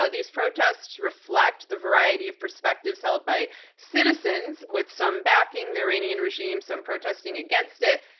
ah these protests reflect the variety of perspectives held by citizens, with some backing the iranian regime, some protesting against it.